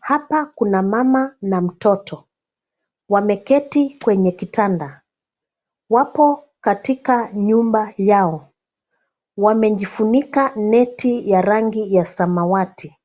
Hapa kuna mama na mtoto, wameketi kwenye kitanda, wapo katika nyumba yao, wamejifunika net ya rangi ya samawati.